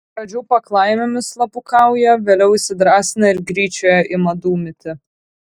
iš pradžių paklaimėmis slapukauja vėliau įsidrąsina ir gryčioje ima dūmyti